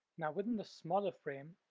now within the smaller frame,